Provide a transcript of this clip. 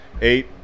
Eight